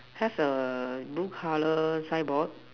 has a blue colour signboard